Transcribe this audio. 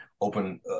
open